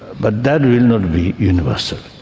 but that will not be universal.